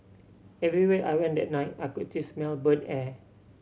everywhere I went that night I could till smell burnt air